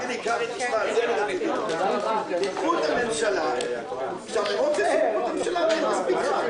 נמנעים, אין בקשת חבר